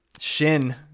Shin